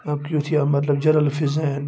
یا کیُتھ یا مطلب جَرل فزین